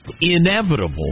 inevitable